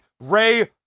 Ray